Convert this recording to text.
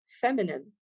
feminine